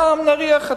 גם נהרייה חתם.